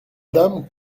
dames